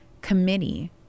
committee